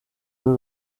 y’u